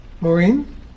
Maureen